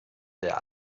der